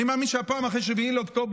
אני מאמין שהפעם, אחרי 7 באוקטובר,